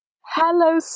Hello